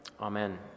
Amen